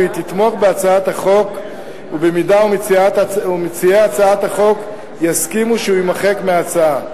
והיא תתמוך בהצעת החוק אם מציעי הצעת החוק יסכימו שהוא יימחק מההצעה,